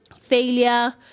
failure